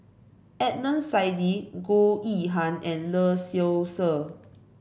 Adnan Saidi Goh Yihan and Lee Seow Ser